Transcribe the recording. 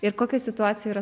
ir kokia situacija yra